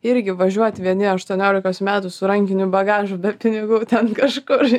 irgi važiuot vieni aštuoniolikos metų su rankiniu bagažu be pinigų ten kažkur